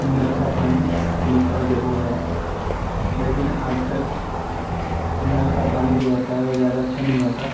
نل کا پانی ملتا ضرور ہے لیکن آج کل نل کا پانی جو ہوتا ہے وہ زیادہ اچھا نہیں ہوتا